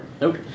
Nope